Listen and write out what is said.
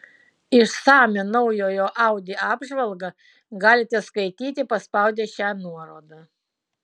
išsamią naujojo audi apžvalgą galite skaityti paspaudę šią nuorodą